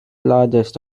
largest